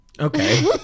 Okay